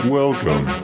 welcome